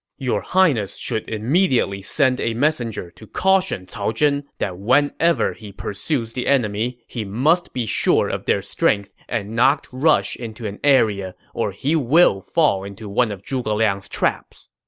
your highness should immediately send a messenger to caution cao zhen that whenever he pursues the enemy, he must be sure of their strength and not rush into an area, or he will fall into one of zhuge liang's traps.